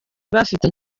bafite